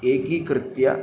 एकीकृत्य